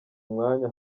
umwanya